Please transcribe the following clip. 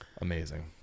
Amazing